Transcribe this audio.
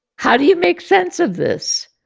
how do you make sense of this?